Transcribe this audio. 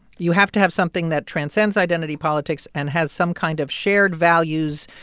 you have to have something that transcends identity politics and has some kind of shared values,